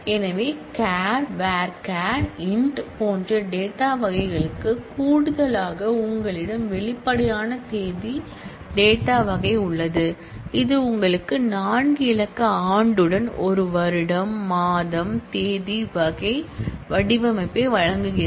எனவே char varchar int போன்ற டேட்டாவகைகளுக்கு கூடுதலாக உங்களிடம் வெளிப்படையான தேதி டேட்டாவகை உள்ளது இது உங்களுக்கு நான்கு இலக்க ஆண்டுடன் ஒரு வருடம் மாதம் தேதி வகை வடிவமைப்பை வழங்குகிறது